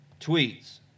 tweets